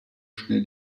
schnell